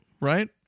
Right